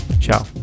Ciao